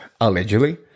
allegedly